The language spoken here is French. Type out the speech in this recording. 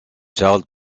charles